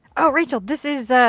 oh rachel. this is,